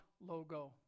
logo